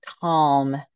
calm